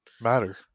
matter